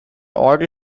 orgel